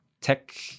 tech